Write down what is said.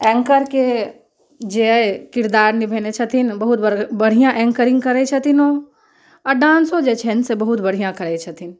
anchor के जे किरदार निभेने छथिन बहुत बड़ बढ़िआँ एन्करिंग करै छथिन ओ आओर डाँसो जे छनि बहुत बढ़िआँ करै छथिन